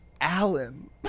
Alan